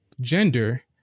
gender